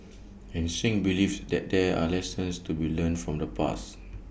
and Singh believes that there are lessons to be learnt from the past